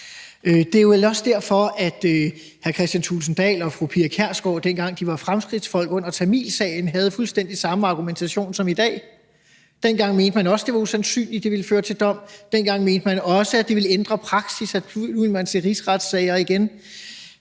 Det er vel også derfor, at hr. Kristian Thulesen Dahl og fru Pia Kjærsgaard, dengang de var fremskridtsfolk, under tamilsagen havde fuldstændig samme argumentation som i dag. Dengang mente man også, det var usandsynligt, at det ville føre til dom. Dengang mente man også, at det ville ændre praksis, i forhold til at man nu